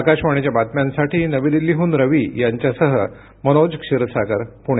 आकाशवाणीच्या बातम्यांसाठी नवी दिल्लीहून रवी यांच्यासह मनोज क्षीरसागर पुणे